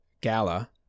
Gala